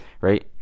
right